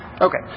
Okay